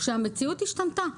כשהמציאות השתנתה.